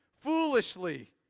foolishly